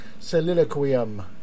Soliloquium